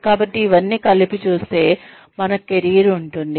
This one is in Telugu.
కాబట్టి ఇవన్నీ కలిపి చూస్తే మన కెరీర్ ఉంటుంది